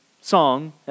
song